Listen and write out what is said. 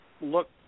look